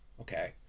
Okay